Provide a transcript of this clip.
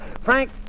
Frank